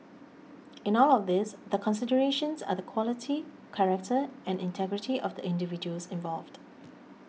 in all of these the considerations are the quality character and integrity of the individuals involved